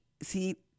si